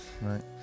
Right